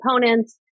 components